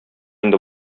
инде